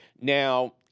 Now